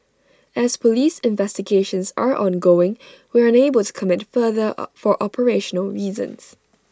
as Police investigations are ongoing we are unable to comment further for operational reasons